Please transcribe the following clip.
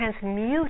transmute